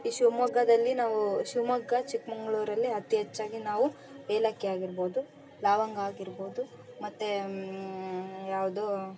ಈ ಶಿವಮೊಗ್ಗದಲ್ಲಿ ನಾವು ಶಿವಮೊಗ್ಗ ಚಿಕ್ಕಮಂಗ್ಳೂರಲ್ಲಿ ಅತಿ ಹೆಚ್ಚಾಗಿ ನಾವು ಏಲಕ್ಕಿ ಆಗಿರ್ಬೋದು ಲವಂಗ ಆಗಿರ್ಬೋದು ಮತ್ತು ಯಾವುದು